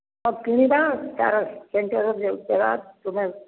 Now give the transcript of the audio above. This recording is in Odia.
ହଉ କିଣିବା ତା'ର ସେଣ୍ଟର ଯେଉଁ ଦେବା ତୁମେ